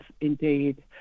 indeed